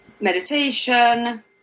meditation